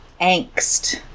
angst